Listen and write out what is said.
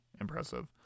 impressive